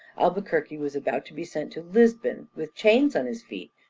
albuquerque was about to be sent to lisbon with chains on his feet,